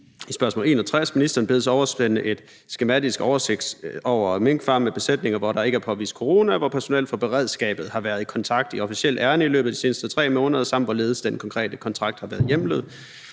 Vanopslagh: »Ministeren bedes oversende en skematisk oversigt over minkfarme med besætninger, hvor der ikke er påvist corona, hvor personel fra Beredskabet har været i kontakt i officielt ærinde løbet af de seneste tre måneder, samt hvorledes den konkrete kontakt har været hjemlet?«